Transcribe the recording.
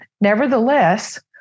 nevertheless